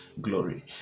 glory